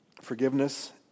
forgiveness